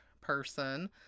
person